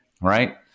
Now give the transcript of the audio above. right